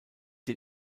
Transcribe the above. den